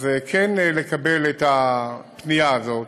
אז כן לקבל את הפנייה הזאת